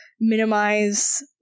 minimize